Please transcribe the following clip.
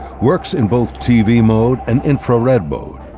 works in both tv mode and infrared mode.